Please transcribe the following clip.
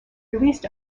released